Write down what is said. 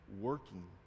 working